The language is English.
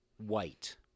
white